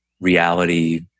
reality